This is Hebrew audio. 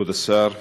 כבוד השר,